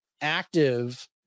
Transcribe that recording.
active